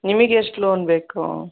ನಿಮಗೆಷ್ಟು loan ಬೇಕು